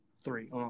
three